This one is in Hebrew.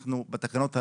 אנחנו, בתקנות הללו,